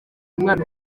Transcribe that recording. umwana